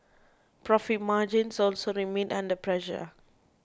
profit margins also remained under pressure